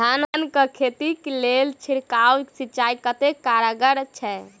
धान कऽ खेती लेल छिड़काव सिंचाई कतेक कारगर छै?